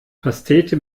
pastete